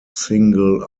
single